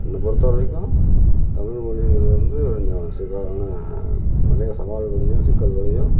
என்ன பொறுத்தவரைக்கும் தமிழ் மொழிங்கிறது வந்து கொஞ்சம் பல சவால்களையும் சிக்கல்களையும்